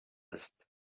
ist